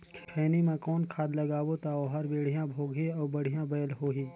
खैनी मा कौन खाद लगाबो ता ओहार बेडिया भोगही अउ बढ़िया बैल होही?